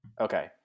Okay